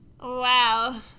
Wow